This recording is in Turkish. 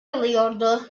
alıyordu